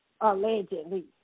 Allegedly